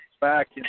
back